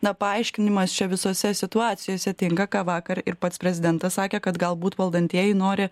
na paaiškinimas čia visose situacijose tinka ką vakar ir pats prezidentas sakė kad galbūt valdantieji nori